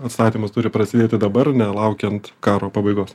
atstatymas turi prasidėti dabar nelaukiant karo pabaigos